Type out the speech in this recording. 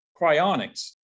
cryonics